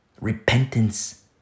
repentance